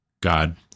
God